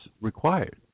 required